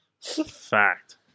Fact